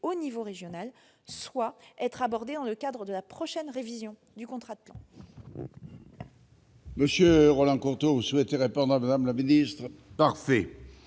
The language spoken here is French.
au niveau régional, soit être abordés dans le cadre de la prochaine révision du contrat de plan.